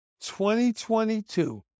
2022